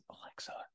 alexa